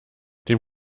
dem